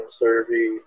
survey